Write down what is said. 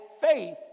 faith